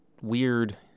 weird